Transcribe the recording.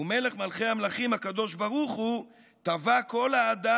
ומלך מלכי המלכים הקדוש ברוך הוא טבע כל אדם